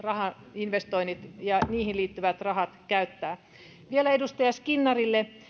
investoinnit ja niihin liittyvät rahat päättää vielä edustaja skinnarille